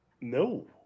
No